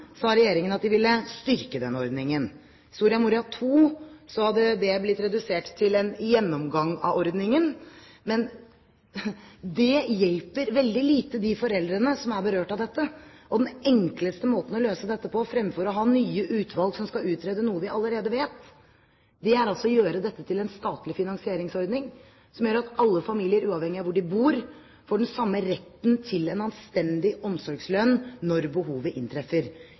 sa regjeringen at de ville styrke denne ordningen. I Soria Moria II hadde det blitt redusert til en gjennomgang av ordningen. Men det hjelper veldig lite de foreldrene som er berørt av dette. Den enkleste måten å løse dette på, fremfor å ha nye utvalg som skal utrede noe vi allerede vet, er å gjøre dette til en statlig finansieringsordning som gjør at alle familier, uavhengig av hvor de bor, får den samme retten til en anstendig omsorgslønn når behovet inntreffer.